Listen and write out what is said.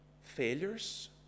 failures